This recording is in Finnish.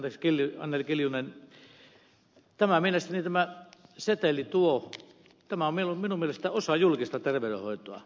anneli kiljunen minun mielestäni tämä seteli on se peli tuo tämän me menemme tästä osa julkista terveydenhoitoa